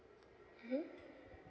mmhmm